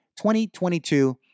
2022